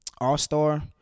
All-Star